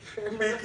אדוני,